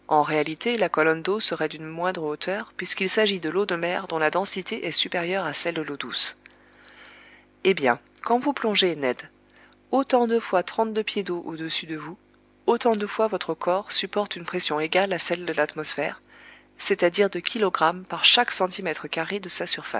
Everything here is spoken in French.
en réalité la colonne d'eau serait d'une moindre hauteur puisqu'il s'agit de l'eau de mer dont la densité est supérieure à celle de l'eau douce eh bien quand vous plongez ned autant de fois trente-deux pieds d'eau au-dessus de vous autant de fois votre corps supporte une pression égale à celle de l'atmosphère c'est-à-dire de kilogrammes par chaque centimètre carré de sa